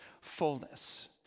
fullness